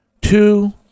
Two